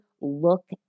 look